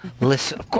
Listen